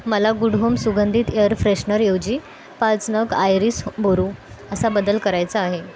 मला good home सुगंधित air फ्रेशनरऐवजी पाच नग आयरीस बोरू असा बदल करायचा आहे